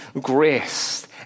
grace